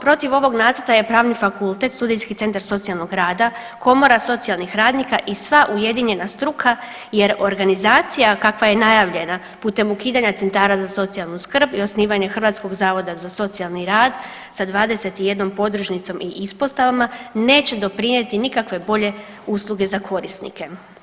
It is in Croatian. Protiv ovog nacrta je Pravni fakultet, studentski centar socijalnog rada, Komora socijalnih radnika i sva ujedinjena struka jer organizacija kakva je najavljena putem ukidanja centara za socijalnu skrb i osnivanje Hrvatskog zavoda za socijalni rad sa 21 podružnicom i ispostavama neće doprinijeti nikakve bolje usluge za korisnike.